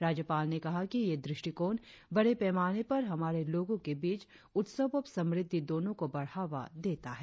राज्यपाल ने कहा कि यह दृष्टिकोण बड़े पैमाने पर हमारे लोगों के बीच उत्सव और समद्धि टोनों को बढ़ावा टेना है